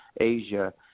Asia